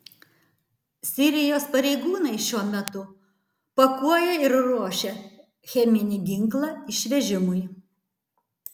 sirijos pareigūnai šiuo metu pakuoja ir ruošia cheminį ginklą išvežimui